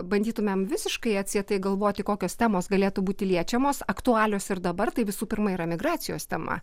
bandytumėm visiškai atsietai galvoti kokios temos galėtų būti liečiamos aktualios ir dabar tai visų pirma yra migracijos tema